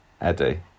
Eddie